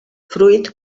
fruit